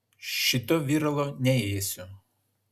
šito viralo neėsiu